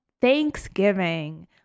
Thanksgiving